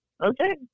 Okay